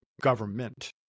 government